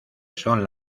son